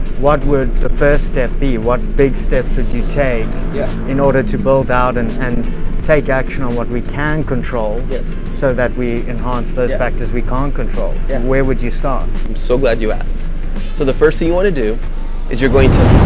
what would the first step be? what big steps that you take yeah in order to build out and and take action on what we can control yeah so that we enhance those factors we can't control, and where would you stop? i'm so glad you so the first thing you want to do is you're going to